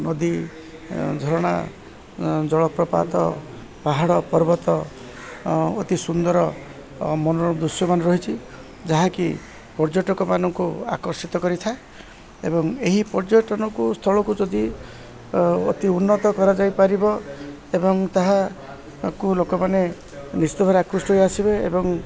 ନଦୀ ଝରଣା ଜଳପ୍ରପାତ ପାହାଡ଼ ପର୍ବତ ଅତି ସୁନ୍ଦର ମନୋରମ ଦୃଶ୍ୟମାନ ରହିଛି ଯାହାକି ପର୍ଯ୍ୟଟକମାନଙ୍କୁ ଆକର୍ଷିତ କରିଥାଏ ଏବଂ ଏହି ପର୍ଯ୍ୟଟନକୁ ସ୍ଥଳକୁ ଯଦି ଅତି ଉନ୍ନତ କରାଯାଇପାରିବ ଏବଂ ତାହାକୁ ଲୋକମାନେ ନିଶ୍ଚୟ ଭରେ ଆକୃଷ୍ଟ ହୋଇ ଆସିବେ ଏବଂ